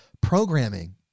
programming